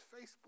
Facebook